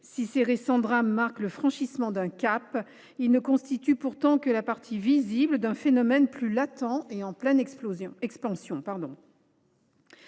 Si ces récents drames marquent le franchissement d’un cap, ils ne constituent pourtant que la partie visible d’un phénomène plus latent et en pleine expansion.